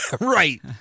right